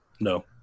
No